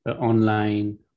online